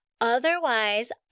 Otherwise